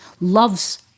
loves